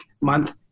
month